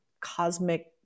cosmic